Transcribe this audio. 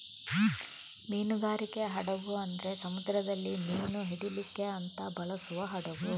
ಮೀನುಗಾರಿಕೆ ಹಡಗು ಅಂದ್ರೆ ಸಮುದ್ರದಲ್ಲಿ ಮೀನು ಹಿಡೀಲಿಕ್ಕೆ ಅಂತ ಬಳಸುವ ಹಡಗು